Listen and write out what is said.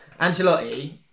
Ancelotti